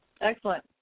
Excellent